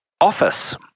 Office